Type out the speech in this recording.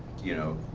you know,